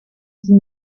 sie